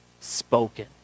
spoken